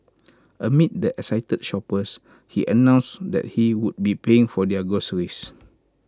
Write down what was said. amid the excited shoppers he announced that he would be paying for their groceries